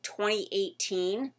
2018